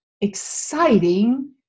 exciting